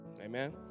Amen